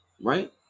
right